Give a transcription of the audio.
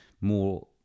more